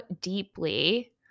deeply